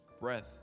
breath